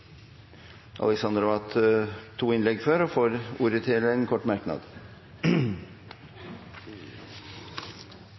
har hatt ordet to ganger tidligere og får ordet til en kort merknad,